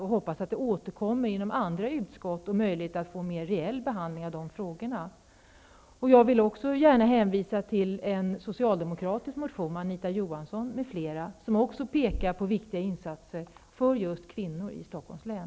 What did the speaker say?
Jag hoppas att frågorna återkommer i andra utskott och att de kan få en mer reell behandling. Jag vill gärna hänvisa till en socialdemokratisk motion av Anita Johansson m.fl. som också pekar på viktiga insatser för just kvinnor i Stockholms län.